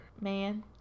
Man